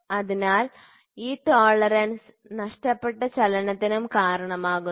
അതിനാൽ ഈ ടോളറൻസ് നഷ്ടപ്പെട്ട ചലനത്തിനും കാരണമാകുന്നു